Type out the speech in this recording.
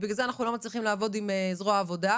ובגלל זה אנחנו לא מצליחים לעבוד עם זרוע העבודה,